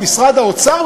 במשרד האוצר,